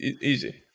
Easy